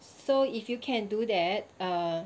so if you can do that uh